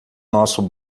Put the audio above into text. nosso